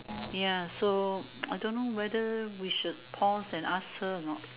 ya so I don't know whether we should pause and ask her or not